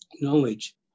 knowledge